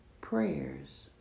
prayers